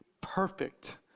perfect